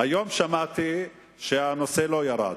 היום שמעתי שהנושא לא ירד.